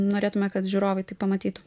norėtume kad žiūrovai tai pamatytų